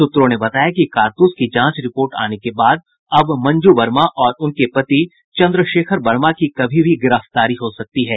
सूत्रों ने बताया कि कारतूस की जांच रिपोर्ट आने के बाद अब मंजू वर्मा और उनके पति चन्द्रशेखर वर्मा की कभी भी गिरफ्तारी हो सकती है